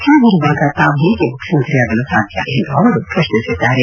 ಹೀಗಿರುವಾಗ ತಾವೇಗೆ ಮುಖ್ಯಮಂತ್ರಿಯಾಗಲು ಸಾಧ್ಯ ಎಂದು ಅವರು ಪ್ರಶ್ನಿಸಿದ್ದಾರೆ